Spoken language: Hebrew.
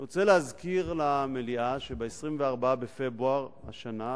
אני רוצה להזכיר למליאה שב-24 בפברואר השנה,